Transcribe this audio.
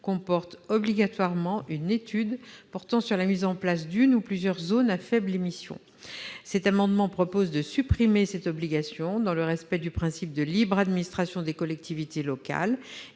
comporte obligatoirement une étude sur la mise en place d'une ou plusieurs zones à faibles émissions, ou ZFE. Cet amendement tend à supprimer cette obligation, dans le respect du principe de libre administration des collectivités locales.